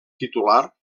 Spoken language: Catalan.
titular